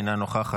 אינה נוכחת,